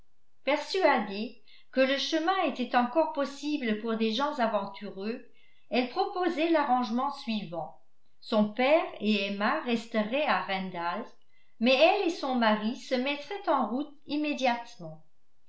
persuadée que le chemin était encore possible pour des gens aventureux elle proposait l'arrangement suivant son père et emma resteraient à randalls mais elle et son mari se mettraient en route immédiatement